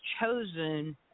chosen